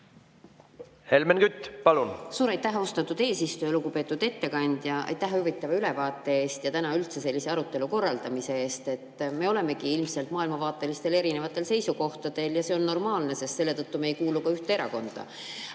Helmen Kütt, palun!